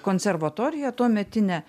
konservatoriją tuometinę